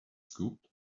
scooped